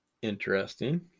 Interesting